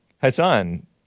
Hassan